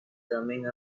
coming